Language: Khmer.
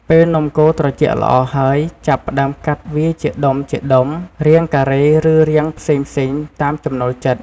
ពេលនំកូរត្រជាក់ល្អហើយ ចាប់ផ្ដើមកាត់វាជាដុំៗ រាងការ៉េ ឬរាងផ្សេងៗ តាមចំណូលចិត្ត។